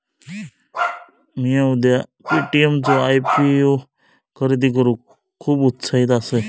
मिया उद्या पे.टी.एम चो आय.पी.ओ खरेदी करूक खुप उत्साहित असय